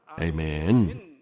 Amen